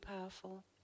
powerful